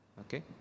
Okay